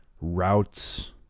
routes